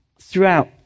throughout